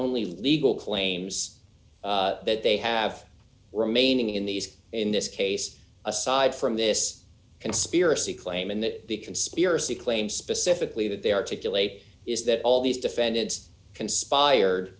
only legal claims that they have remaining in these in this case aside from this conspiracy claim and that the conspiracy claim specifically that they articulate is that all these defendants conspired